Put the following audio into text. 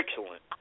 excellent